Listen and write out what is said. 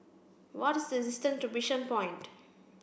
what is the distance to Bishan Point